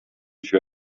für